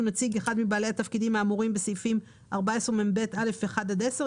נציג אחד מבעלי התפקידים האמורים בסעיף 14מב(א)(1) עד (10),